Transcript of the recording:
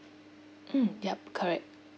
mm yup correct